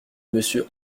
monsieur